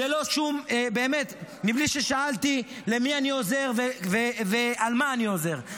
באמת בלי ששאלתי למי אני עוזר ועל מה אני עוזר.